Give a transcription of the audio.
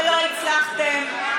ולא הצלחתם.